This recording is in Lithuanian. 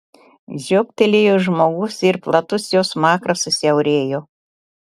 žiobtelėjo žmogus ir platus jo smakras susiaurėjo